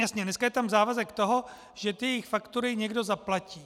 Jasně, dneska tam je závazek toho, že jejich faktury někdo zaplatí.